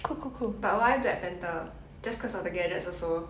but why black panther just cause of the gadgets also